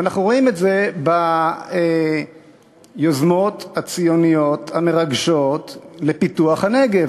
ואנחנו רואים את זה ביוזמות הציוניות המרגשות לפיתוח הנגב,